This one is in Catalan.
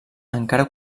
encara